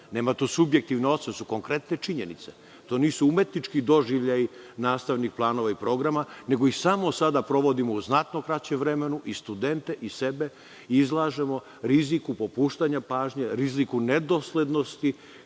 Nema subjektivnog, to su konkretne činjenice. Nisu to umetnički doživljaji nastavnih planova i programa, nego ih samo sam sprovodimo u znatno kraćem vremenu, i studente i sebe izlažemo riziku popuštanja pažnje, riziku nedoslednosti